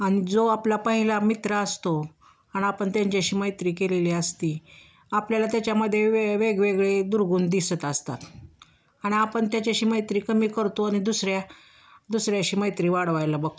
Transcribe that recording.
आणि जो आपला पहिला मित्र असतो आणि आपण त्यांच्याशी मैत्री केलेली असती आपल्याला त्याच्यामध्ये वे वेगवेगळे दुर्गुण दिसत असतात आणि आपण त्याच्याशी मैत्री कमी करतो आणि दुसऱ्या दुसऱ्याशी मैत्री वाढवायला बघतो